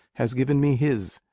has given me his.